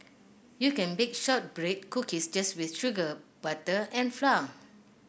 you can bake shortbread cookies just with sugar butter and flour